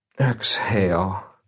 exhale